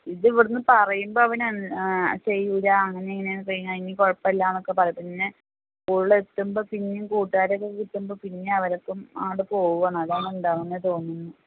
ഇതിവിടുന്ന് പറയുമ്പം അവൻ അൻ ചെയ്യില്ല അങ്ങനെ ഇങ്ങനെയാണ് പറയും ആ ഇനി കുഴപ്പമില്ല എന്നൊക്കെ പറയും പിന്നെ സ്കൂളിൽ എത്തുമ്പോൾ പിന്നെയും കൂട്ടുകാരൊക്കെ കിട്ടുമ്പോൾ പിന്നെ അവർക്കും അങ്ങോട്ട് പോവുകയാണ് അതാണ് ഉണ്ടാവുന്നത് തോന്നുന്നു